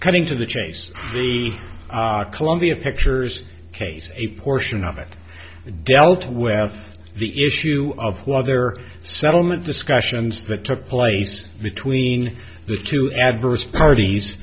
according to the chain columbia pictures case a portion of it dealt with the issue of whether settlement discussions that took place between the two adverse parties